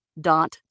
dot